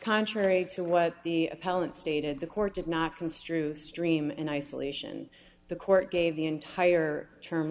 contrary to what the appellant stated the court did not construe stream in isolation the court gave the entire term